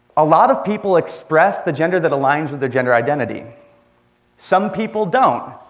a lot of people express the gender that aligns with their gender identity some people don't,